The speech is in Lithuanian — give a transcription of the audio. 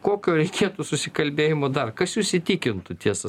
kokio reikėtų susikalbėjimo dar kas jus įtikintų tiesą